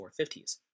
450s